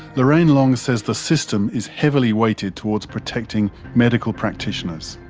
lorraine long says the system is heavily weighted towards protecting medical practitioners.